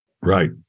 Right